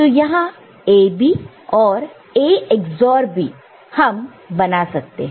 तो यहां AB और A XOR B हम बना सकते हैं